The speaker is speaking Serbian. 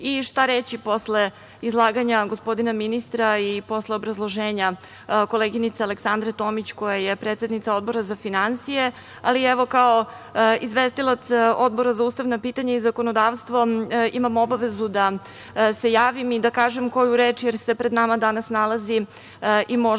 reći posle izlaganja gospodina ministra i posle obrazloženja koleginice Aleksandre Tomić koja je predsednica Odbora za finansije, ali evo kao izvestilac Odbora za ustavna pitanja i zakonodavstvo imam obavezu da se javim i da kažem koju reč, jer se pred nama danas nalazi i možda najvažniji